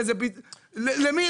למי,